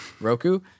Roku